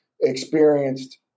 experienced